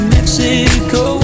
Mexico